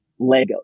Legos